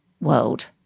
world